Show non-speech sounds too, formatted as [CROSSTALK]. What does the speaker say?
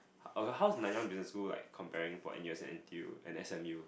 [NOISE] how's Nanyang Business School like comparing for N_U_S and N_T_U and S_M_U